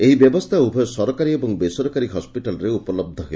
ଏହି ବ୍ୟବସ୍ରା ଉଭୟ ସରକାରୀ ଏବଂ ବେସରକାରୀ ହସିଟାଲରେ ଉପଲହ ହେବ